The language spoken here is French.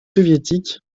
soviétiques